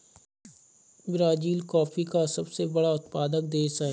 Brazil coffee का सबसे बड़ा उत्पादक देश है